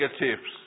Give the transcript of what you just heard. negatives